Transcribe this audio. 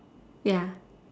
ya